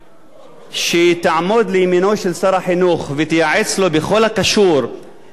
שיעמוד לימינו של שר החינוך וייעץ לו בכל הקשור לענייני